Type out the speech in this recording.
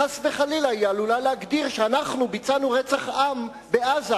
חס וחלילה היא עלולה להגדיר שאנחנו ביצענו רצח עם בעזה,